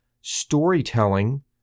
storytelling